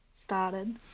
started